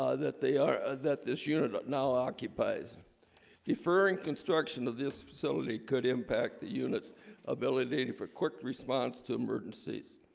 ah that they are that this unit but now occupies the furring construction of this facility could impact the unit's ability for quick response to emergencies